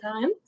time